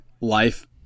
life